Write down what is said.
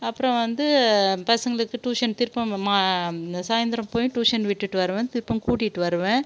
அப்புறம் வந்து பசங்களுக்கு டியூஷன் திருப்ப மா சாயந்தரம் போய் டியூஷன் விட்டுவிட்டு வருவேன் திருப்பம் கூட்டிகிட்டு வருவேன்